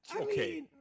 Okay